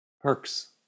perks